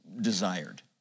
desired